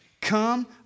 come